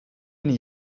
yeni